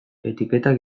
etiketak